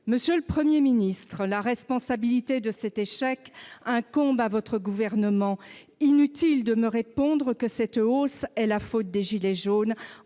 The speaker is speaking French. monsieur le 1er ministre la responsabilité de cet échec incombe à votre gouvernement, inutile de me répondre que cette hausse est la faute des gilets jaunes